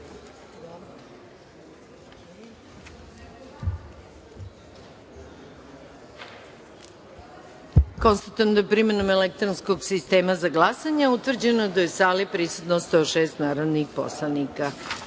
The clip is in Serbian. da je, primenom elektronskog sistema za glasanje, utvrđeno da je u sali prisutno 106 narodnih poslanika